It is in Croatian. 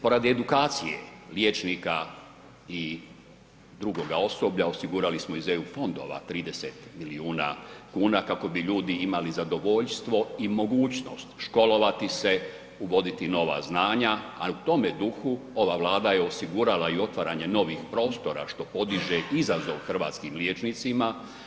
Po radi edukacije liječnika i drugoga osoblja osigurali smo iz eu fondova 30 milijuna kuna kako bi ljudi imali zadovoljstvo i mogućnost školovati se, uvoditi nova znanja a u tome duhu ova Vlada je osigurala i otvaranje novih prostora što podiže izazov hrvatskim liječnicima.